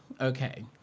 okay